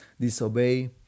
disobey